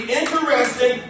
interesting